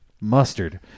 Mustard